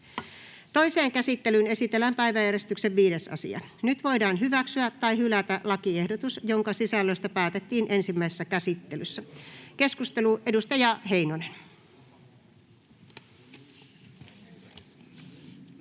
Toiseen käsittelyyn esitellään päiväjärjestyksen 5. asia. Nyt voidaan hyväksyä tai hylätä lakiehdotus, jonka sisällöstä päätettiin ensimmäisessä käsittelyssä. — Edustaja Heinonen.